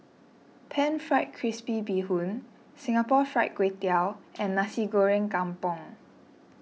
Pan Fried Crispy Bee Hoon Singapore Fried Kway Tiao and Nasi Goreng Kampung